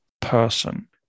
person